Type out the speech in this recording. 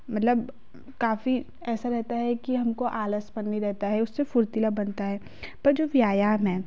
मतलब काफ़ी ऐसा लगता है कि हमको आलसपन नहीं रहता है उससे फुर्तीला बनता है पर जो व्यायाम है